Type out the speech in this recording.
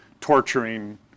torturing